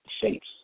shapes